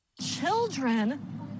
Children